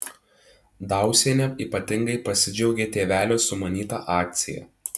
dausienė ypatingai pasidžiaugė tėvelių sumanyta akcija